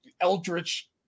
Eldritch